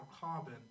Carbon